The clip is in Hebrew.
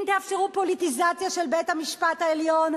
אם תאפשרו פוליטיזציה של בית-המשפט העליון,